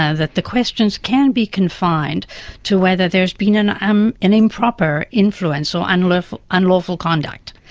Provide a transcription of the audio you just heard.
ah that the questions can be confined to whether there has been an um an improper influence or unlawful unlawful conduct.